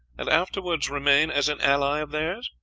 and afterwards remain as an ally of theirs?